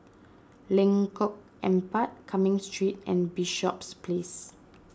Lengkong Empat Cumming Street and Bishops Place